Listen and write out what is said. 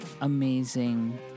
amazing